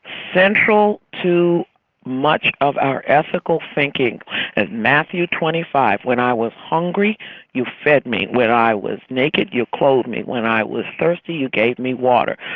central to much of our ethical thinking is and matthew twenty five when i was hungry you fed me, when i was naked you clothed me, when i was thirsty you gave me water.